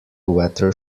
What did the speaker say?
weather